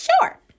sure